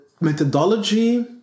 methodology